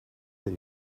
that